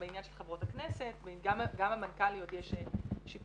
ובעניין של חברות הכנסת, גם המנכ"ליות יש שיפור.